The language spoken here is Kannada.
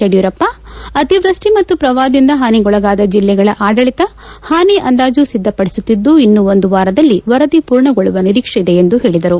ಯಡಿಯೂರಪ್ಪ ಅತಿವ್ಯಸ್ಟಿ ಮತ್ತು ಪ್ರವಾಪದಿಂದ ಹಾನಿಗೊಳಗಾದ ಜಿಲ್ಲೆಗಳ ಆಡಳಿತ ಹಾನಿ ಅಂದಾಜು ಸಿದ್ದ ಪಡಿಸುತ್ತಿದ್ದು ಇನ್ನು ಒಂದು ವಾರದಲ್ಲಿ ವರದಿ ಪೂರ್ಣಗೊಳ್ಳುವ ನಿರೀಕ್ಷೆ ಇದೆ ಎಂದು ಹೇಳಿದರು